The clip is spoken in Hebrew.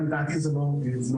אבל לדעתי זה לא מספיק.